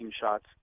shots